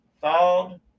Thawed